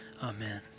Amen